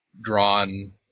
drawn